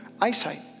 eyesight